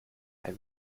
had